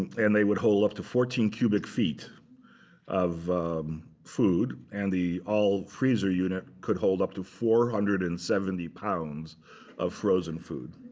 and they would hold up to fourteen cubic feet of food. and the all-freezer unit could hold up to four hundred and seventy pounds of frozen food.